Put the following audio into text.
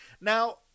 Now